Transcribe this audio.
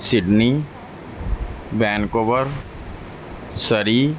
Sydney Vancouver Surrey